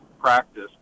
practice